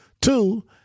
Two